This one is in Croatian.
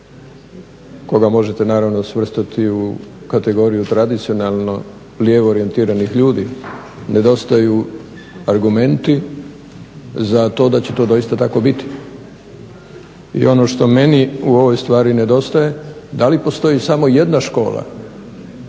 koga možete naravno svrstati u kategoriju tradicionalno lijevo orijentiranih ljudi nedostaju argumenti za to da će to doista tako biti i ono što meni u ovoj stvari nedostaje, da li postoji samo jedna škola